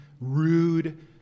rude